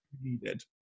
needed